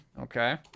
Okay